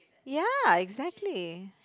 ya exactly